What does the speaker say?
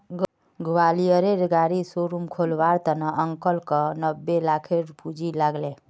ग्वालियरेर गाड़ी शोरूम खोलवार त न अंकलक नब्बे लाखेर पूंजी लाग ले